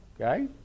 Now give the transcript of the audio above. Okay